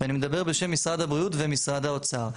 ואני מדבר בשם משרד הבריאות ומשרד האוצר.